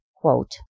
quote